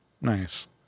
nice